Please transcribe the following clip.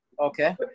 Okay